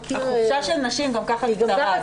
החופשה של נשים גם ככה היא קצרה.